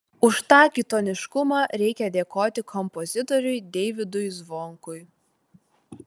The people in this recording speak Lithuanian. už tą kitoniškumą reikia dėkoti kompozitoriui deividui zvonkui